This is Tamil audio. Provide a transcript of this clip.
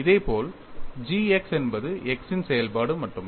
இதேபோல் g x என்பது x இன் செயல்பாடு மட்டுமே